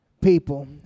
people